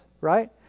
right